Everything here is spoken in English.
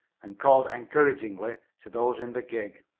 and called encouragingly to those in the gig.